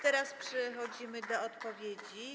Teraz przechodzimy do odpowiedzi.